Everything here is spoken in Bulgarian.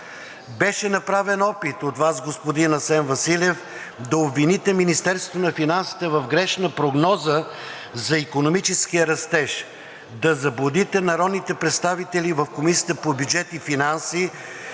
Беше направен опит от Вас, господин Асен Василев, да обвините Министерството на финансите в грешна прогноза за икономическия растеж, да заблудите народните представители в Комисията по бюджет и финанси